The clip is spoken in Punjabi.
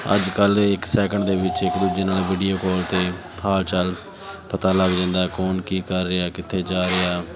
ਅੱਜ ਕੱਲ੍ਹ ਇੱਕ ਸੈਕਿੰਡ ਦੇ ਵਿੱਚ ਇੱਕ ਦੂਜੇ ਨਾਲ ਵੀਡੀਓ ਕੋਲ 'ਤੇ ਹਾਲ ਚਾਲ ਪਤਾ ਲੱਗ ਜਾਂਦਾ ਕੌਣ ਕੀ ਕਰ ਰਿਹਾ ਕਿੱਥੇ ਜਾ ਰਿਹਾ